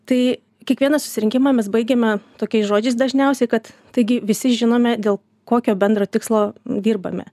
tai kiekvieną susirinkimą mes baigiame tokiais žodžiais dažniausiai kad taigi visi žinome dėl kokio bendro tikslo dirbame